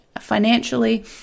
financially